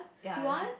ya that's why~